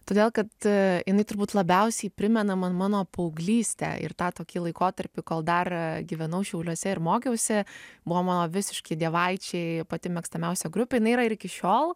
todėl kad jinai turbūt labiausiai primena man mano paauglystę ir tą tokį laikotarpį kol dar gyvenau šiauliuose ir mokiausi buvo mano visiški dievaičiai pati mėgstamiausia grupė jinai yra ir iki šiol